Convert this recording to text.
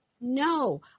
no